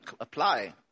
apply